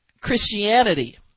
Christianity